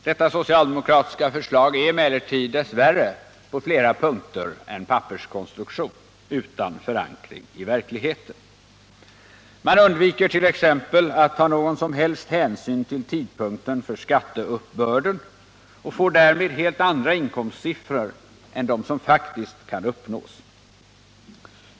Detta socialdemokratiska förslag är emellertid dess värre på flera punkter en papperskonstruktion utan förankring i verkligheten. Man undviker t.ex. att ta någon som helst hänsyn till tidpunkten för skatteuppbörden och får därmed helt andra inkomstsiffror än dem som faktiskt kan uppnås.